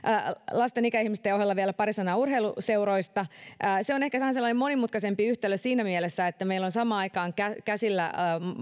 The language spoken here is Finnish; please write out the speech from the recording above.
lasten ja ikäihmisten ohella vielä pari sanaa urheiluseuroista se on ehkä vähän sellainen monimutkaisempi yhtälö siinä mielessä että meillä on samaan aikaan käsillä